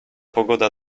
pogoda